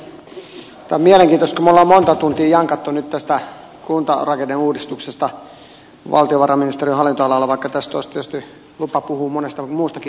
tämä on mielenkiintoista kun me olemme monta tuntia jankanneet nyt tästä kuntarakenneuudistuksesta valtiovarainministeriön hallinnonalalla vaikka tässä olisi tietysti lupa puhua monesta muustakin aiheesta